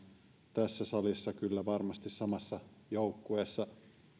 tässä salissa kyllä varmasti samassa joukkueessa